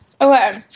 Okay